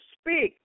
speak